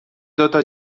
دوتا